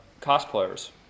cosplayers